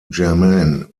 germain